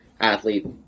athlete